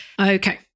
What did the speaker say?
Okay